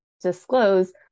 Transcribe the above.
disclose